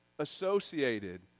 associated